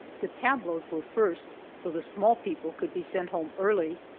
the tableaux were first, so the small people could be sent home early.